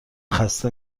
خسته